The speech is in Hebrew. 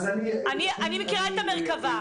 אני מכירה את המרכבה.